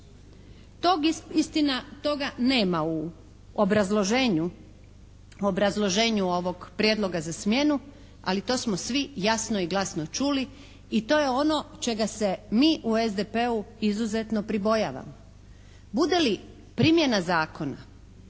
Tog istina, toga nema u obrazloženju ovog prijedloga za smjenu, ali to smo svi jasno i glasno čuli i to je ono čega se mi u SDP-u izuzetno pribojavamo. Bude li primjena zakona,